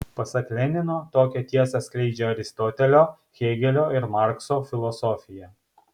pasak lenino tokią tiesą skleidžia aristotelio hėgelio ir markso filosofija